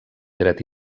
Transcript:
dret